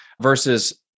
versus